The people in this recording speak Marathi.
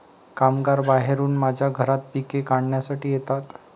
कामगार बाहेरून माझ्या घरात पिके काढण्यासाठी येतात